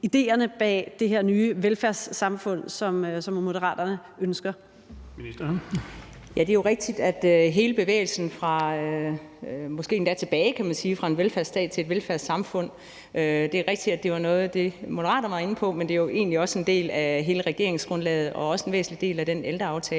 helt tilbage, kan man sige – fra en velfærdsstat til et velfærdssamfund, er det rigtigt, at det var noget af det, Moderaterne var inde på, men det er jo egentlig også en del af hele regeringsgrundlaget og også en væsentlig del af den ældreaftale,